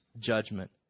judgment